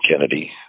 Kennedy